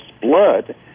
blood